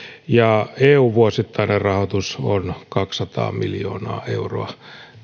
eun vuosittainen rahoitus on kaksisataa miljoonaa euroa